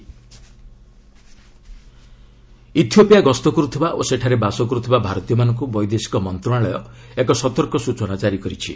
India Ethiopia Ethiopia ଗସ୍ତ କରୁଥିବା ଓ ସେଠାରେ ବାସ କରୁଥିବା ଭାରତୀୟମାନଙ୍କୁ ବୈଦେଶିକ ମନ୍ତ୍ରଣାଳୟ ଏକ ସତର୍କ ସ୍ବଚନା ଜାରି କରିଛି